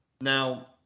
now